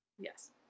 yes